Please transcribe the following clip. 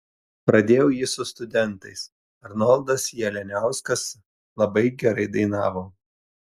pradėjau jį su studentais arnoldas jalianiauskas labai gerai dainavo